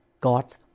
God's